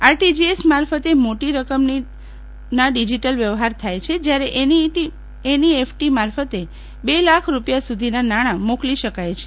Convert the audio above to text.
RTGS મારફતે મોટી રકમની ડીજીટલ વ્યવહાર થાય છે જ્યારે એનઈએફટી મારફતે બે લાખ રૂપિયા સુધીના નાણાં મોકલી શકાય છે